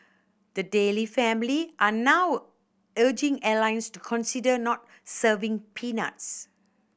the Daley family are now urging airlines to consider not serving peanuts